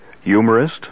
humorist